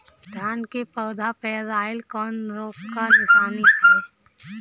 धान के पौधा पियराईल कौन रोग के निशानि ह?